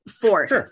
forced